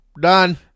Done